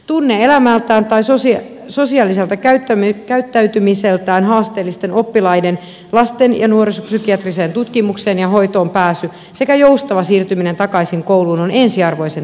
tunne elämältään tai sosiaaliselta käyttäytymiseltään haasteellisten oppilaiden lasten ja nuorisopsykiatriseen tutkimukseen ja hoitoon pääsy sekä joustava siirtyminen takaisin kouluun ovat ensiarvoisen tärkeitä